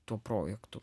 tuo projektu